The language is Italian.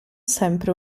sempre